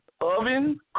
oven